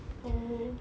oh